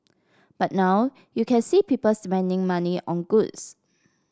but now you can see people spending money on goods